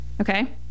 Okay